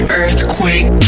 earthquake